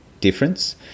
difference